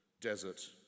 desert